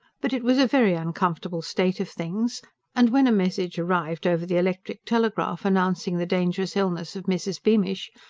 but it was a very uncomfortable state of things and when a message arrived over the electric telegraph announcing the dangerous illness of mrs. beamish,